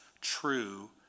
true